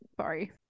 sorry